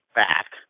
back